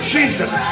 Jesus